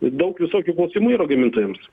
daug visokių klausimų yra gamintojams